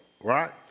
right